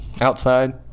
outside